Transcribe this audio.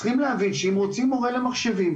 צריכים להבין שאם רוצים מורה למחשבים,